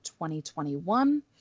2021